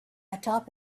atop